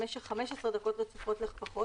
למשך 15 דקות רצופות לפחות,